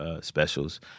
specials